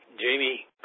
Jamie